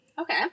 Okay